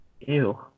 Ew